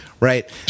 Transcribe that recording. Right